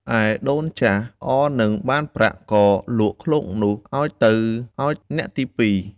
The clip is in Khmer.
ឯដូនចាស់ អរនឹងបានប្រាក់ ក៏លក់ឃ្លោកនោះឱ្យទៅឱ្យអ្នកទីពីរ។